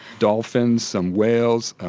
dolphins, some whales,